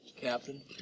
Captain